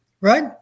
right